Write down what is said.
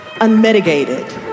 unmitigated